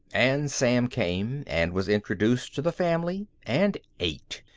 and sam came, and was introduced to the family, and ate.